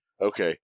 Okay